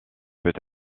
peut